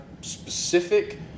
specific